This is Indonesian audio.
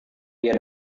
dia